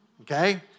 okay